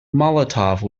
molotov